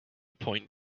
point